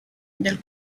del